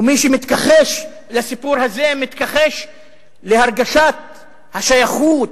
מי שמתכחש לסיפור הזה מתכחש להרגשת השייכות,